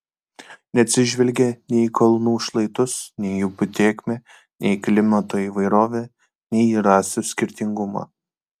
neatsižvelgė nei į kalnų šlaitus nei į upių tėkmę nei į klimato įvairovę nei į rasių skirtingumą